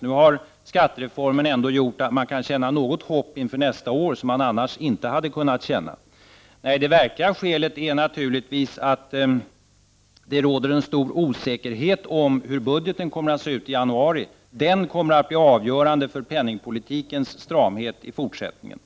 Nu har skattereformen gjort att man kan känna något hopp inför nästa år, som man annars inte hade kunnat känna. Nej, det verkliga skälet är naturligtvis att det råder en stor osäkerhet om hur budgeten kommer att se ut i januari. Den kommer att bli avgörande för penningpolitikens stramhet i fortsättningen.